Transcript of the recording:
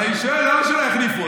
אבל אני שואל: למה שלא יחליפו אותו?